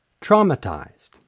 traumatized